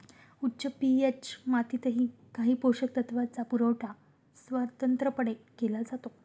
उच्च पी.एच मातीतही काही पोषक तत्वांचा पुरवठा स्वतंत्रपणे केला जातो